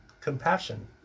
compassion